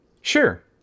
Sure